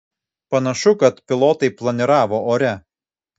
panašu kad pilotai planiravo ore